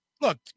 look